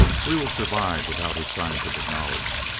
we will survive without his scientific knowledge.